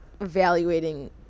evaluating